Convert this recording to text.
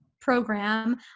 program